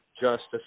Justice